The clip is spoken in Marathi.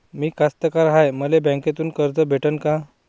मी कास्तकार हाय, मले बँकेतून कर्ज भेटन का?